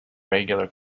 regular